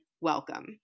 welcome